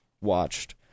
watched